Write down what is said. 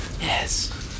Yes